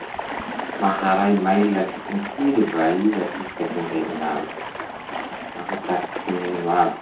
Maharay mailaky impiry va iha isaky gny herignandro? Mahakasiky gn'ino aby?